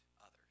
others